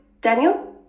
daniel